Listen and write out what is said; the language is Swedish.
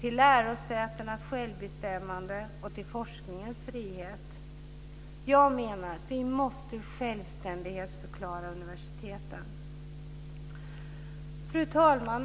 lärosätenas självbestämmande och forskningens frihet. Jag menar att vi måste självständighetsförklara universiteten. Fru talman!